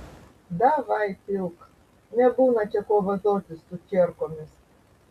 davai pilk nebūna čia ko vazotis su čierkomis